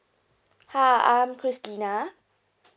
ah I'm christina